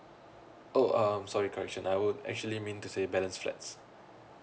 oh um sorry correction I would actually mean to say balance flats